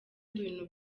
ibintu